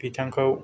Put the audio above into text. बिथांखौ